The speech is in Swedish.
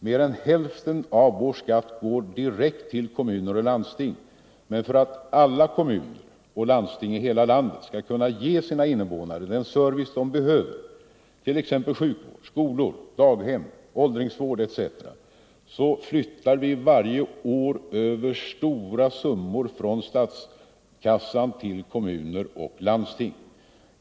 Mer än hälften av vår skatt går direkt till kommuner och landsting, men för att alla kommuner och landsting i hela landet skall kunna ge sina invånare den service de behöver, t.ex. sjukvård, skolor, daghem, åldringsvård etc., flyttar vi varje år över stora summor från statskassan till kommuner och landsting.